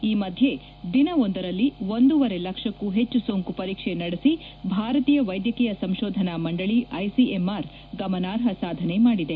ಈ ಮಧ್ಯೆ ದಿನವೊಂದರಲ್ಲಿ ಒಂದೂವರೆ ಲಕ್ಷಕ್ಕೂ ಪೆಚ್ಚು ಸೋಂಕು ಪರೀಕ್ಷೆ ನಡೆಸಿ ಭಾರತೀಯ ವೈದ್ಯಕೀಯ ಸಂಶೋಧನಾ ಮಂಡಳಿ ಐಸಿಎಂಆರ್ ಗಮನಾರ್ಪ ಸಾಧನೆ ಮಾಡಿದೆ